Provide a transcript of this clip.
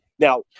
Now